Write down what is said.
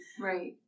Right